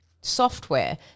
software